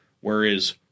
whereas